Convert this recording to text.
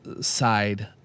side